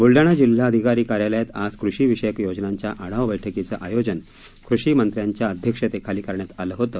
ब्रलडाणा जिल्हाधिकारी कार्यालयात आज कृषी विषयक योजनांच्या आढावा बैठकीचं आयोजन कृषी मंत्र्यांच्या अध्यक्षतेखाली करण्यात आलं होतं